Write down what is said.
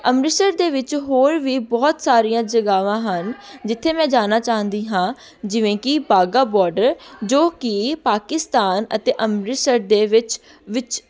ਅੰਮ੍ਰਿਤਸਰ ਦੇ ਵਿੱਚ ਹੋਰ ਵੀ ਬਹੁਤ ਸਾਰੀਆਂ ਜਗਾਵਾਂ ਹਨ ਜਿੱਥੇ ਮੈਂ ਜਾਣਾ ਚਾਹੁੰਦੀ ਹਾਂ ਜਿਵੇਂ ਕਿ ਬਾਘਾ ਬਾਰਡਰ ਜੋ ਕਿ ਪਾਕਿਸਤਾਨ ਅਤੇ ਅੰਮ੍ਰਿਤਸਰ ਦੇ ਵਿੱਚ ਵਿੱਚ